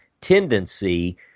tendency